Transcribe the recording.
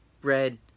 bread